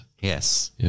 Yes